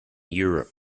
europe